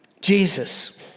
Jesus